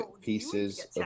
pieces